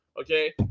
Okay